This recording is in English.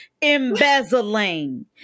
embezzling